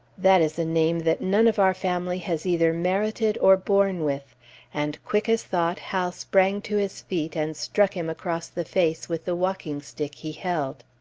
that is a name that none of our family has either merited or borne with and quick as thought hal sprang to his feet and struck him across the face with the walking-stick he held.